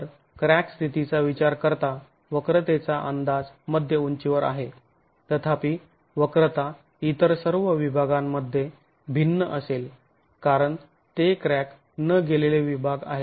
तर क्रॅक स्थितीचा विचार करता वक्रतेचा अंदाज मध्य उंचीवर आहे तथापि वक्रता इतर सर्व विभागांमध्ये भिन्न असेल कारण ते क्रॅक न गेलेले विभाग आहेत